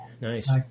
Nice